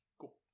Cool